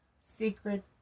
secret